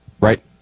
right